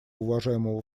уважаемого